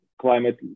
climate